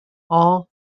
all